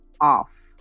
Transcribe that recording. off